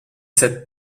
cette